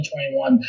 2021